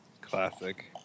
classic